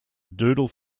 doodle